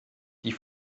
die